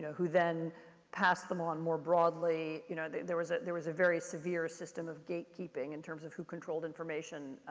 who then passed them on more broadly you know, there was ah there was a very severe system of gatekeeping in terms of who controlled information